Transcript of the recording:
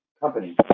company